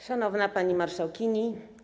Szanowna Pani Marszałkini!